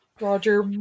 roger